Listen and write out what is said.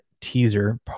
teaser